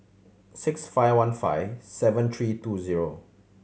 six five one five seven three two zero